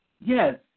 Yes